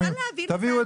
כן, אפשר להביא את